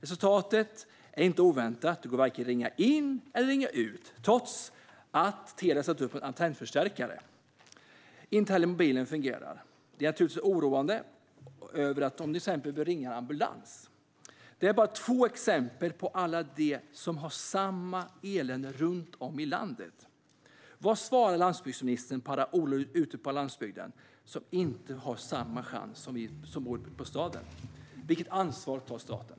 Resultatet är inte oväntat. Det går varken att ringa in eller ut, trots att Telia har ställt upp en antennförstärkare. Inte heller mobilen fungerar. Detta är naturligtvis oroande ifall man exempelvis vill ringa efter ambulans. Detta är bara två exempel på alla dem som har samma elände runt om i landet. Vad svarar landsbygdsministern alla oroliga ute på landsbygden som inte har samma chans som vi som bor i stan? Vilket ansvar tar staten?